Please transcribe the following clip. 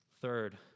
Third